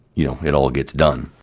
you know, it all gets done.